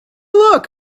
look